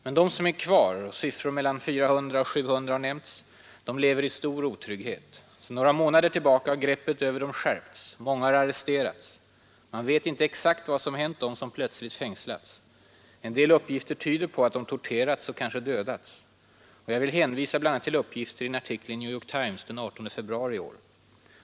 Men de som är kvar — siffror mellan 400 och 700 har nämnts — lever i stor otrygghet. Sedan några månader tillbaka har greppet över dem skärpts. Många har arresterats. Man vet inte exakt vad som hänt dem som plötsligt fängslats. En del uppgifter tyder på att de torterats och kanske dödats. Jag vill hänvisa bl.a. till uppgifter i en artikel i New York Times den 18 februari i år.